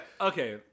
Okay